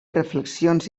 reflexions